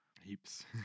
Heaps